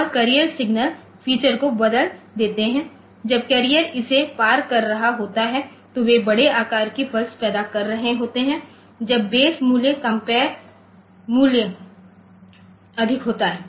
वह carrier signal feature को बदल देते हैं जब कर्रिएर इसे पार कर रहा होता है तो वे बड़े आकार की पल्स पैदा कर रहे होते हैं जब बेस मूल्य कंपेयर मूल्य अधिक होता है